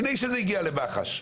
לפני שזה הגיע למח"ש,